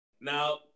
Now